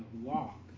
walk